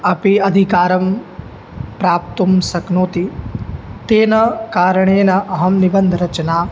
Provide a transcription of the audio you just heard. अपि अधिकारं प्राप्तुं शक्नोति तेन कारणेन अहं निबन्धरचना